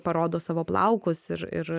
parodo savo plaukus ir ir